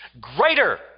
greater